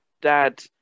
dad